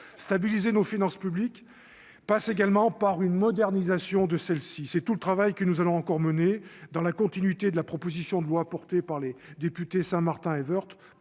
stabiliser nos finances publiques passe également par une modernisation de celle-ci, c'est tout le travail que nous allons encore menées dans la continuité de la proposition de loi portée par les députés Saint-Martin Martin